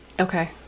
Okay